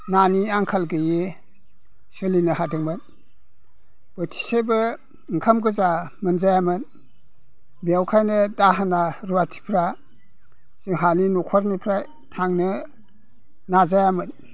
नानि आंखाल गैयै सोलिनो हादोंमोन बोथिसेबो ओंखाम गोजा मोनजायामोन बेखायनो दाहोना रुवाथिफ्रा जोंहानि न'खरनिफ्राय थांनो नाजायामोन